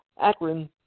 Akron